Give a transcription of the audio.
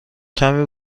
کمی